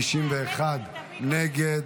51 נגד.